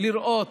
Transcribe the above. לראות